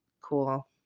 Cool